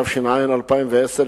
התש"ע 2010,